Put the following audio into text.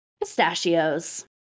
pistachios